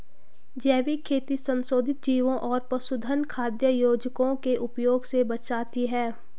जैविक खेती संशोधित जीवों और पशुधन खाद्य योजकों के उपयोग से बचाती है